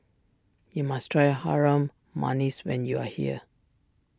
you must try Harum Manis when you are here